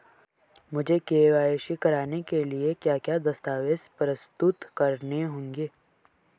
मुझे के.वाई.सी कराने के लिए क्या क्या दस्तावेज़ प्रस्तुत करने होंगे?